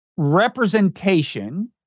Representation